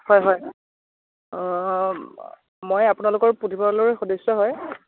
হয় হয় মই আপোনালোকৰ পুথিভঁৰালৰে সদস্য হয়